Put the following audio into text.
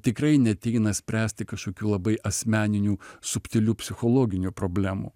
tikrai neateina spręsti kažkokių labai asmeninių subtilių psichologinių problemų